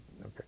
okay